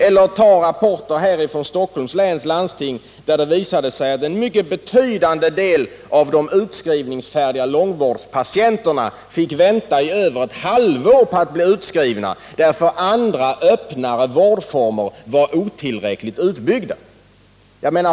Eller ta rapporten från Stockholms läns landsting, där det visade sig att en mycket betydande del av de utskrivningsfärdiga långvårdspatienterna fick vänta i över ett halvår på att bli utskrivna därför att andra, öppnare vårdformer var otillräckligt utbyggda!